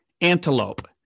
antelope